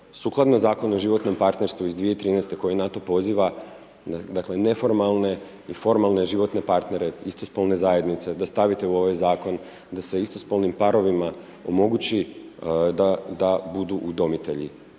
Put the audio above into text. sukladno Zakonu o životnom partnerstvu iz 2013. koji na to poziva, dakle neformalne i formalne životne partnere, istospolne zajednice da stavite u ovaj Zakon, da se istospolnim parovima omogući da budu udomitelji.